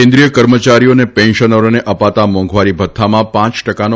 કેન્દ્રિય કર્મચારીઓ અને પેન્શનરોને અપાતા મોંઘવારી ભથ્થામાં પાંચ ટકાનો